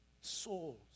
souls